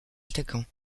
attaquant